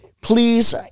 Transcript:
Please